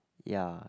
ya